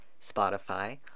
Spotify